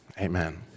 Amen